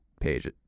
page